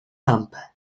lampę